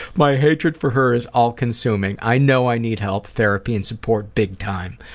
my hatred for her is all-consuming. i know i need help, therapy and support big time.